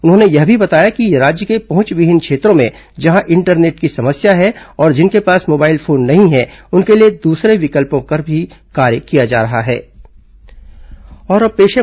उन्होंने यह भी बताया कि राज्य के पहुंचविहीन क्षेत्रों में जहां इंटरनेट की समस्या है और जिनके पास मोबाइल फोन नहीं है उनके लिए दूसरे विकल्पों पर भी कार्य किया जा रहा है